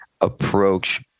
approach